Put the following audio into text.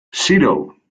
zero